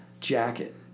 jacket